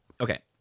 okay